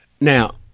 Now